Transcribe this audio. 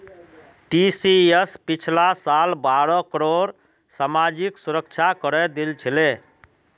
TCS पिछला साल बारह करोड़ सामाजिक सुरक्षा करे दिल छिले